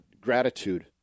gratitude